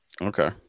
okay